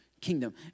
kingdom